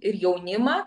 ir jaunimą